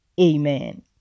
amen